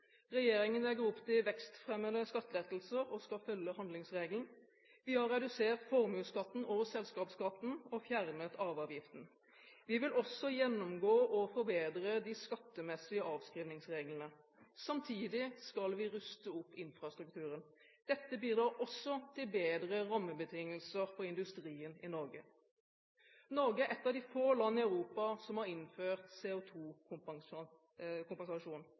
Regjeringen legger opp til vekstfremmende skattelettelser og skal følge handlingsregelen. Vi har redusert formuesskatten og selskapsskatten og fjernet arveavgiften. Vi vil også gjennomgå og forbedre de skattemessige avskrivningsreglene. Samtidig skal vi ruste opp infrastrukturen. Dette bidrar også til bedre rammebetingelser for industrien i Norge. Norge er ett av de få landene i Europa som har innført